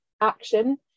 action